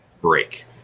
break